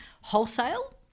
wholesale